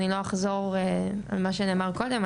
אני לא אחזור על מה שנאמר קודם,